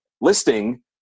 listing